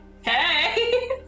Hey